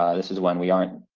um this is when we aren't,